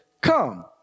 come